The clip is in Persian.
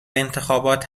انتخابات